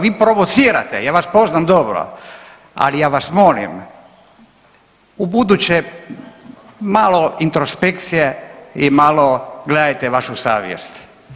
Vi provocirate, ja vas poznam dobro, ali ja vas molim ubuduće malo introspekcije i malo gledajte vašu savjest.